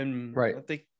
Right